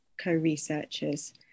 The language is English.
co-researchers